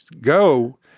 go